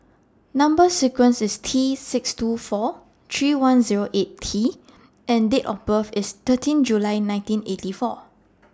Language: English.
Number sequence IS T six two four three one Zero eight T and Date of birth IS thirteen July nineteen eighty four